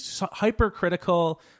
hypercritical